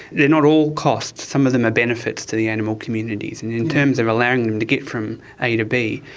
they are not all costs, some of them are benefits to the animal communities. and in terms of allowing them to get from a to b,